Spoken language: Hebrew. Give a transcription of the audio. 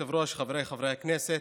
מכובדי היושב-ראש, חבריי חברי הכנסת,